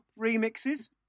remixes